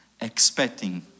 expecting